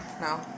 no